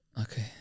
okay